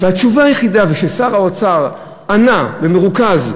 שר האוצר ענה במרוכז,